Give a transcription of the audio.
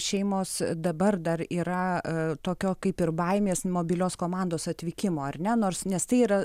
šeimos dabar dar yra tokio kaip ir baimės mobilios komandos atvykimo ar ne nors nes tai yra